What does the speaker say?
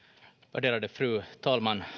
värderade fru talman